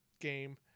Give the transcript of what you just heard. game